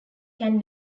can